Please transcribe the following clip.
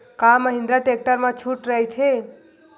का महिंद्रा टेक्टर मा छुट राइथे?